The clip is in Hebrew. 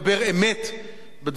בדברים הללו.